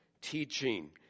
teaching